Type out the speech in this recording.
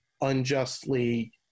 unjustly